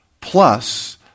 plus